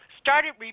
started